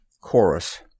Chorus